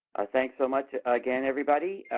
thanks so much again, everybody,